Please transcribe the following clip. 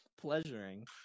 Pleasuring